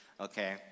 okay